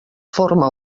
forma